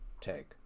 take